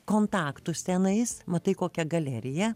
kontaktus tenais matai kokia galerija